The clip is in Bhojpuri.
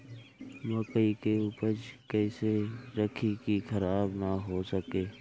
मकई के उपज कइसे रखी की खराब न हो सके?